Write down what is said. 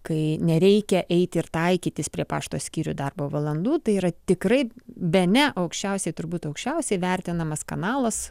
kai nereikia eiti ir taikytis prie pašto skyrių darbo valandų tai yra tikrai bene aukščiausiai turbūt aukščiausiai vertinamas kanalas